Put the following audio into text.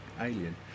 alien